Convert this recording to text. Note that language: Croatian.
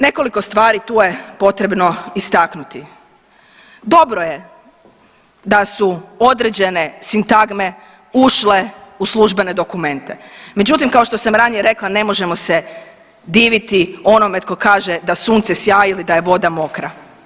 Nekoliko stvari tu je potrebno istaknuti, dobro je da su određene sintagme ušle u službene dokumente, međutim kao što sam ranije rekla ne možemo se diviti onome tko kaže da sunce sjaji ili da je voda mokra.